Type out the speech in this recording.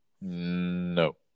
No